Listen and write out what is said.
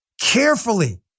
carefully